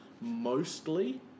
mostly